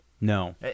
No